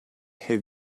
have